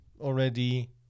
already